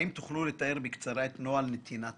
האם תוכלו לתאר בקצרה את נוהל נתינת